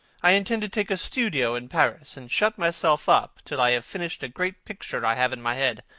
i intend to take a studio in paris and shut myself up till i have finished a great picture i have in my head.